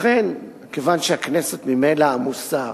לכן, כיוון שהכנסת ממילא עמוסה,